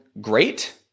great